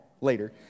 later